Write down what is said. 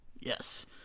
Yes